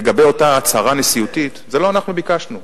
לגבי אותה הצהרה נשיאותית, זה לא אנחנו ביקשנו.